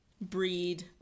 breed